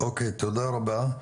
תודה רבה.